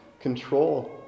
control